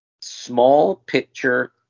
Small-picture